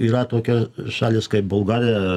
yra tokia šalys kaip bulgarija